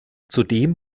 zudem